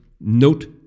Note